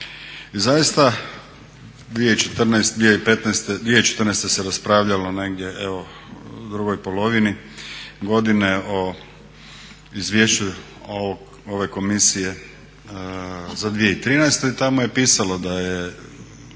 zaista 2014. se raspravljalo negdje evo u drugoj polovini godine o Izvješću ove komisije za 2013. i tamo je pisalo da je